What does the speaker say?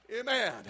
Amen